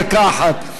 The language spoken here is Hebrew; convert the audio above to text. דקה אחת.